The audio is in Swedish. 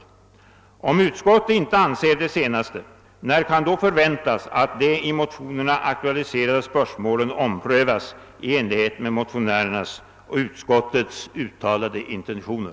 Om utskottet inte avser det senare, när kan det då förväntas att de i motionerna aktualiserade spörsmålen omprövas i enlighet med motionärernas och utskottets uttalade intentioner?